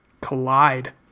Collide